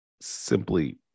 simply